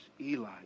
Eli